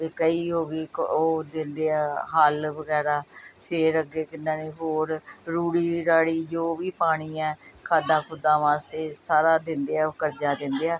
ਵੀ ਕਹੀ ਹੋ ਗਈ ਇੱਕ ਉਹ ਦਿੰਦੇ ਹੈ ਹਲ ਵਗੈਰਾ ਫਿਰ ਅੱਗੇ ਕਿੰਨਾ ਨਹੀਂ ਹੋਰ ਰੂੜੀ ਰਾੜੀ ਜੋ ਵੀ ਪਾਉਣੀ ਹੈ ਖਾਦਾਂ ਖੁੱਦਾਂ ਵਾਸਤੇ ਸਾਰਾ ਦਿੰਦੇ ਹੈ ਉਹ ਕਰਜ਼ਾ ਦਿੰਦੇ ਹੈ